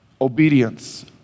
Obedience